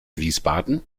wiesbaden